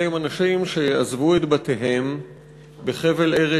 אלה הם אנשים שעזבו את בתיהם בחבל ארץ